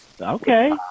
Okay